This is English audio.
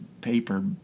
paper